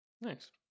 nice